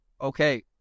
Okay